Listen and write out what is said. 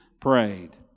prayed